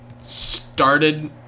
started